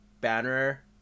Banner